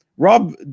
Rob